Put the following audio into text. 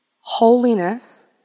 Holiness